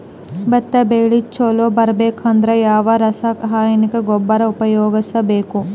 ಭತ್ತ ಬೆಳಿ ಚಲೋ ಬರಬೇಕು ಅಂದ್ರ ಯಾವ ರಾಸಾಯನಿಕ ಗೊಬ್ಬರ ಉಪಯೋಗಿಸ ಬೇಕು?